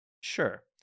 Sure